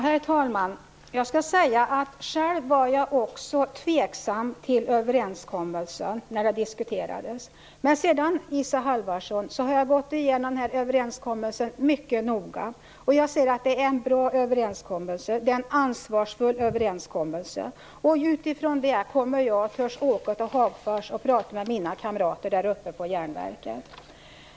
Herr talman! Jag skall säga att jag själv också var tveksam till överenskommelsen när den diskuterades. Men sedan, Isa Halvarsson, har jag gått igenom denna överenskommelse mycket noga. Jag säger att det är en bra överenskommelse. Det är en ansvarsfull överenskommelse. Utifrån detta kommer jag att våga åka till Hagfors och tala med mina kamrater där uppe på järnverket.